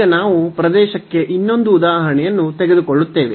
ಈಗ ನಾವು ಪ್ರದೇಶಕ್ಕೆ ಇನ್ನೊಂದು ಉದಾಹರಣೆಯನ್ನು ತೆಗೆದುಕೊಳ್ಳುತ್ತೇವೆ